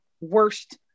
worst